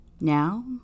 Now